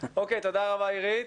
תודה רבה, אירית.